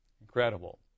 Incredible